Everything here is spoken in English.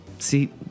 See